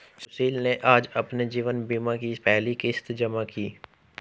सुशील ने आज अपने जीवन बीमा की पहली किश्त जमा की